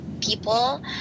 people